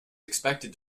expected